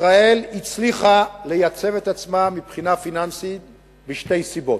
ישראל הצליחה לייצב את עצמה מבחינה פיננסית משתי סיבות.